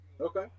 Okay